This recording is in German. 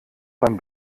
beim